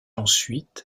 ensuite